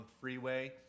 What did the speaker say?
freeway